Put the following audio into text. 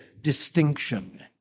distinction